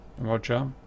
Roger